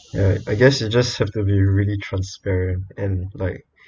ya I guess you just have to be really transparent and like